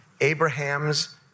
Abraham's